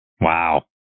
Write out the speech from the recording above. Wow